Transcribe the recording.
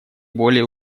более